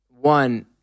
one